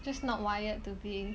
just not wired to be